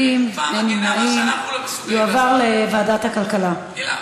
הנושא לוועדת הכלכלה נתקבלה.